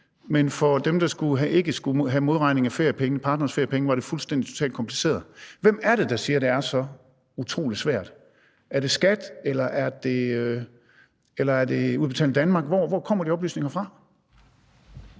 det for dem, der ikke skulle have modregning af feriepenge, en partners feriepenge, var fuldstændig og totalt kompliceret. Hvem er det, der siger, at det er så utrolig svært? Er det skattevæsenet, eller er det Udbetaling Danmark? Hvor kommer de oplysninger fra?